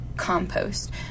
Compost